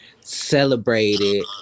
celebrated